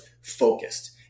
focused